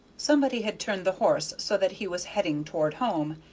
somebody had turned the horse so that he was heading toward home,